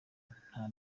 nta